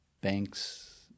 banks